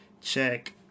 Check